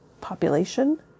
population